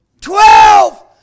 Twelve